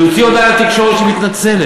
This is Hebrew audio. להוציא הודעה לתקשורת שהיא מתנצלת,